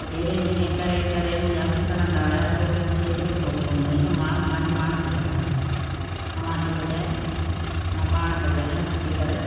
पोइ धीरे धीरे करे करे मुंहिंजा हथ सड़ंदा हुया तो बि मूंखे एतिरो शौंक़ु हूंदो हुयो जो मां मानी पाण पचायां अम्मां थी पचाए मां पाण पचायां सुठी करे